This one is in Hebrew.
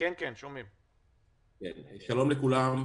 שלום לכולם,